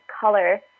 color